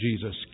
Jesus